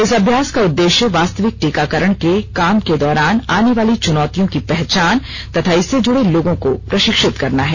इस अभ्यास का उद्देश्य वास्तविक टीकाकरण के काम के दौरान आने वाली चुनौतियों की पहचान तथा इससे जुडे लोगों को प्रशिक्षित करना है